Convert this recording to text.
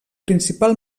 principal